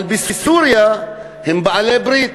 אבל בסוריה הם בעלי-ברית,